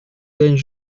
дань